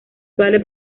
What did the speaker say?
vale